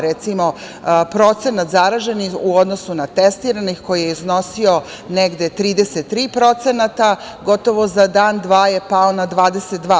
Recimo, procenat zaraženih u odnosu na testiranih koji je iznosio negde 33%, gotovo za dan dva je pao na 22%